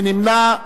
מי נמנע?